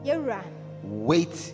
wait